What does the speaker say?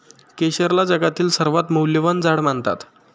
केशरला जगातील सर्वात मौल्यवान झाड मानतात